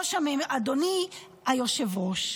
אדוני היושב-ראש,